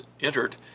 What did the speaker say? entered